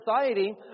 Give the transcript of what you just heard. society